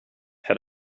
had